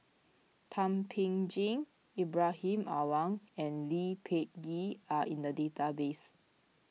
Thum Ping Tjin Ibrahim Awang and Lee Peh Gee are in the database